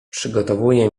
przygotowuje